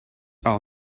are